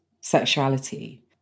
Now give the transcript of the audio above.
sexuality